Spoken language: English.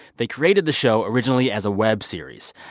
they created the show originally as a web series.